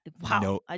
wow